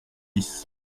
dix